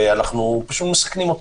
ואנחנו מסכנים אותם.